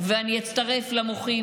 לא מתאים לך.